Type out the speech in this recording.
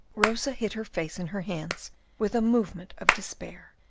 rosa hid her face in her hands with a movement of despair.